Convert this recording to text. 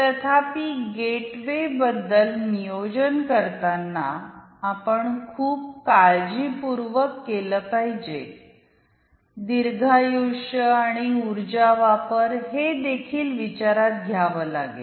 तथापि गेटवेबद्दल नियोजन करताना आपण खूप काळजीपुर्वक केले पाहिजे दीर्घायुष्यआणि उर्जावापर हे देखील विचारात घ्यावॆ लागेल